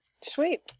Sweet